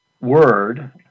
word